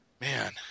man